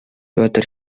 петр